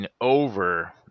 over